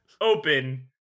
open